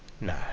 no